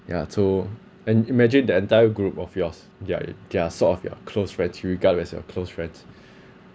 ya so and in~ imagine the entire group of yours they're they are sort of your close friends regard as your close friends